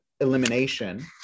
elimination